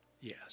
Yes